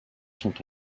sont